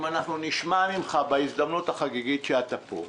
אם אנחנו נשמע ממך בהזדמנות החגיגית שאתה פה,